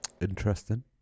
Interesting